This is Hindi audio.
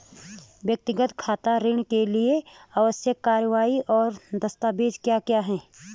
व्यक्तिगत ऋण के लिए आवश्यक कार्यवाही और दस्तावेज़ क्या क्या हैं?